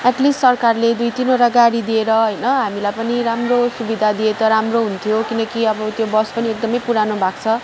at least सरकारले दुई तिनवटा गाडी दिएर होइन हामीलाई पनि राम्रो सुविधा दिए त राम्रो हुन्थ्यो किनकि अब त्यो बस पनि एकदम पुरानो भएको छ